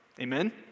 Amen